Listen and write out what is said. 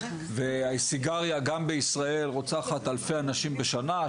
והסיגריה גם בישראל רוצחת אלפי אנשים בשנה,